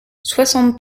soixante